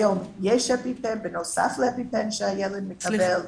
היום יש אפיפן בנוסף לאפיפן שהילד מקבל.